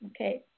Okay